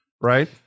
right